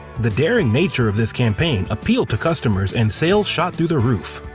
the daring nature of this campaign appealed to customers and sales shot through the roof.